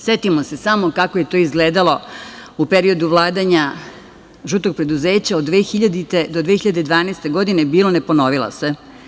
Setimo se samo kako je to izgledalo u periodu vladanja žutog preduzeća od 2000. do 2012. godine - bilo, ne ponovila se.